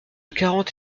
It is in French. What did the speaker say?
quarante